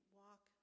walk